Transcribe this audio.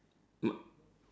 my